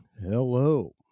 Hello